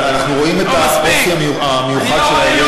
אבל אנחנו רואים את האופי המיוחד של האירועים האלה,